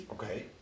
okay